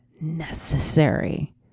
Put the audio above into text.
necessary